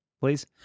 please